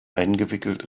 eingewickelt